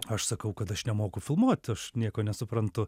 aš sakau kad aš nemoku filmuot aš nieko nesuprantu